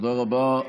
תודה רבה.